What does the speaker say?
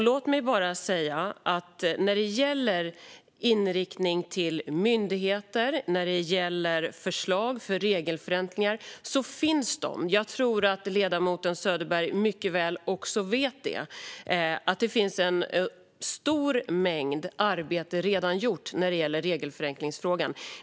Låt mig bara säga när det gäller inriktning till myndigheter och förslag för regeländringar att de finns. Jag tror att ledamoten Söderberg mycket väl vet att det också finns en stor mängd arbete som redan är gjort när det gäller regelförenkling.